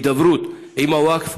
בהידברות עם הווקף,